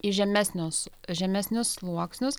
žemesnius žemesnius sluoksnius